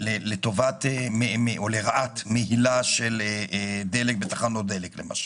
בהן למהילת דלק בתחנות דלק למשל.